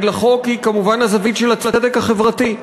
לחוק היא כמובן הזווית של הצדק החברתי.